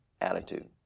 Attitude